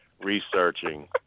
researching